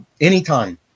anytime